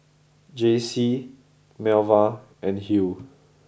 Jaycie Melva and Hugh